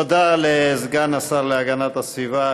תודה לסגן השר להגנת הסביבה,